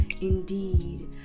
indeed